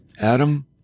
Adam